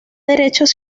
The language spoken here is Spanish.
derechos